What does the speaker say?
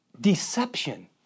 deception